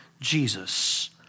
Jesus